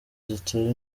zitera